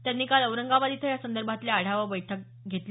त्यांनी काल औरंगाबाद इथं यासंदर्भातील आढावा बैठक घेतली